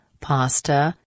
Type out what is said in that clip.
Pasta